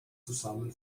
zusammen